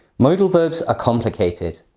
modal verbs are complicated.